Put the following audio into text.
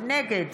נגד